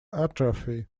atrophy